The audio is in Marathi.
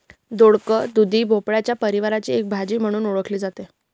दोडक, दुधी भोपळ्याच्या परिवाराची एक भाजी म्हणून ओळखली जाते